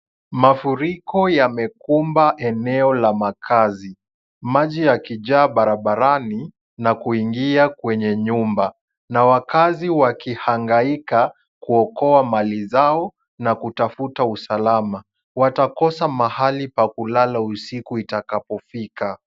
Mafuriko yamekumba eneo la makazi, maji yakijaa barabarani na kuingia kwenye nyumba na wakazi wakihangaika kuokoa mali zao na kutafuta usalama. Watakosa mahali pa kulala usiku itakapofika.